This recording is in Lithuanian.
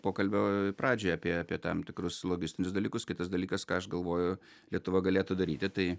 pokalbio pradžioje apie apie tam tikrus logistinius dalykus kitas dalykas ką aš galvoju lietuva galėtų daryti tai